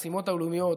במשימות הלאומיות.